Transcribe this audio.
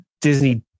Disney